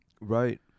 Right